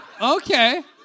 Okay